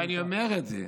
ואני אומר את זה,